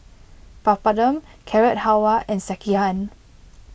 Papadum Carrot Halwa and Sekihan